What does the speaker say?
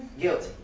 Guilty